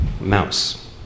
Mouse